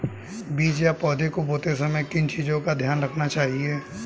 बीज या पौधे को बोते समय किन चीज़ों का ध्यान रखना चाहिए?